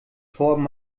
torben